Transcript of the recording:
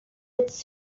its